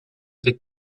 avec